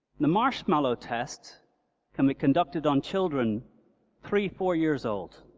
the marshmallow test can be conducted on children three four years old.